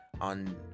on